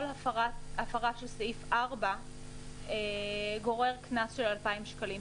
כל הפרה של סעיף 4 גוררת קנס של 2,000 שקלים.